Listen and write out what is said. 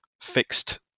fixed